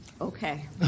Okay